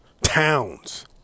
towns